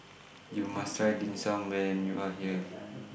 YOU must Try Dim Sum when YOU Are here